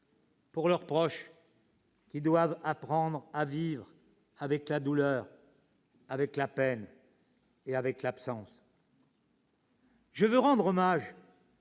pour leurs proches, qui doivent apprendre à vivre avec la douleur, avec la peine et avec l'absence. « Je veux rendre hommage